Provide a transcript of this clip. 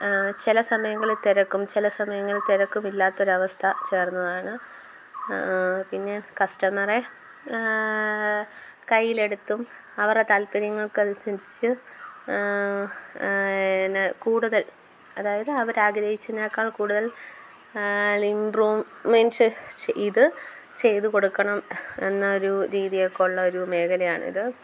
ചില സമയങ്ങളിൽ തിരക്കും ചില സമയങ്ങളിൽ തിരക്കുമില്ലാത്ത ഒരു അവസ്ഥ ചേർന്നതാണ് പിന്നെ കസ്റ്റമറെ കയ്യിലെടുത്തും അവരെ താൽപര്യങ്ങൾക്ക് അനുസരിച്ച് എന്ന കൂടുതൽ അതായത് അവർ ആഗ്രഹിച്ചതിനേക്കാൾ കൂട്തൽ ഇമ്പ്രൂവ്മെൻ്റ് ചെയ്ത് ചെയ്തു കൊടുക്കണം എന്ന ഒരു രീതിയൊക്കെ ഉള്ള ഒരു മേഖല ആണിത്